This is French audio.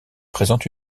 présente